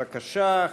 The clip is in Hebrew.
בבקשה,